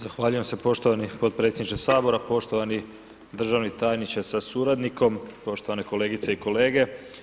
Zahvaljujem se poštovani potpredsjedniče Sabora, poštovani državni tajniče sa suradnicom, poštovane kolegice i kolege.